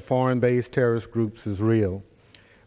of foreign based terrorist groups is real